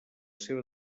seva